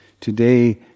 Today